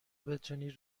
بتونی